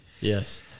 Yes